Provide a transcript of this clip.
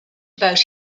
about